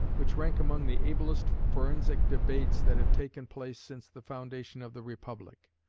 which rank among the ablest forensic debates that have taken place since the foundation of the republic.